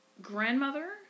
grandmother